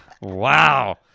Wow